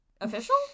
official